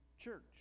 church